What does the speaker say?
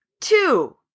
two